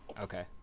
Okay